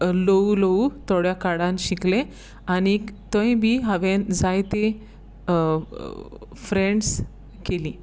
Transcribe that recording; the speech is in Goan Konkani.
लव लव थोड्या काळान शिकलें आनी थंय बी हांवें जायती फ्रँड्स केली